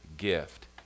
gift